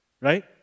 right